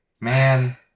Man